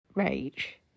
rage